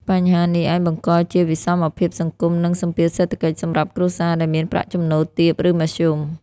បញ្ហានេះអាចបង្កជាវិសមភាពសង្គម និងសម្ពាធសេដ្ឋកិច្ចសម្រាប់គ្រួសារដែលមានប្រាក់ចំណូលទាប ឬមធ្យម។